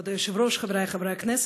כבוד היושב-ראש, חברי חברי הכנסת,